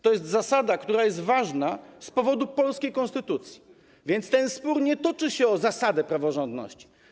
To jest zasada, która jest ważna z powodu polskiej konstytucji, więc ten spór nie toczy się o zasadę praworządności.